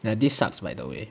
ya this sucks by the way